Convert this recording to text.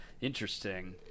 Interesting